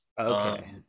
okay